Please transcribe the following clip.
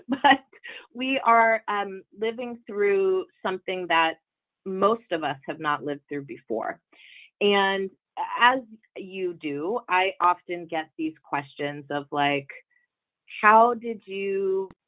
ah we are um living through something that most of us have not lived through before and as you do i often get these questions of like how did you?